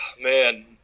man